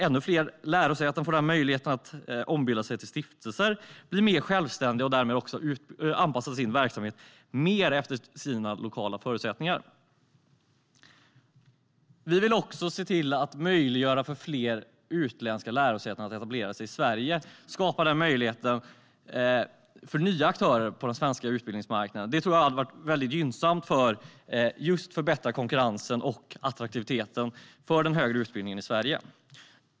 Ännu fler lärosäten ska få möjligheten att ombilda sig till stiftelser, bli mer självständiga och därmed också få möjlighet att anpassa sin verksamhet mer efter sina lokala förutsättningar. Vi vill vidare se till att möjliggöra för fler utländska lärosäten att etablera sig i Sverige och skapa möjlighet för nya aktörer på den svenska utbildningsmarknaden. Det tror jag hade varit väldigt gynnsamt för att förbättra konkurrensen och attraktiviteten för den högre utbildningen i Sverige.